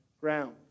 ground